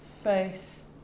faith